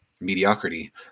Mediocrity